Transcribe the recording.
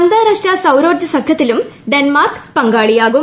അന്താരാഷ്ട്ര സൌരോർജ്ജ സഖ്യത്തിലും ഡെൻമാർക് പങ്കാളിയാവും